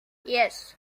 yes